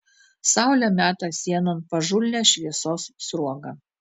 saulė meta sienon pažulnią šviesos sruogą